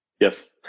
Yes